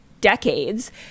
decades